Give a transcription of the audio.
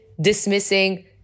dismissing